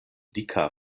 dika